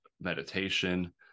meditation